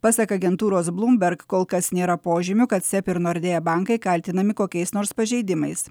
pasak agentūros bloomberg kol kas nėra požymių kad seb ir nordea bankai kaltinami kokiais nors pažeidimais